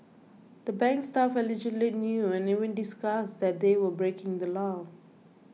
the bank's staff allegedly knew and even discussed that they were breaking the law